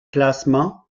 classement